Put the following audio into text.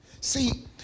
See